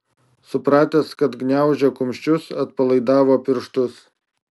supratęs kad gniaužia kumščius atpalaidavo pirštus